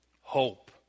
hope